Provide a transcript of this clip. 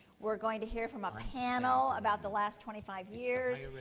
we're going to hear from a panel about the last twenty five years.